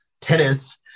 tennis